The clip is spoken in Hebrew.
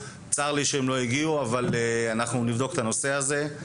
צר לי שהם לא הגיעו אבל אנחנו נבדוק את הנושא הזה.